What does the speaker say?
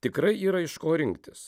tikrai yra iš ko rinktis